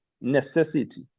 necessity